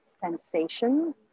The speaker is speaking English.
sensation